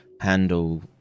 handle